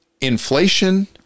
inflation